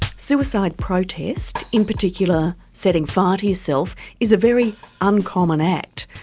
suicide protest in particular setting fire to yourself is a very uncommon act.